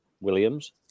Williams